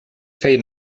feien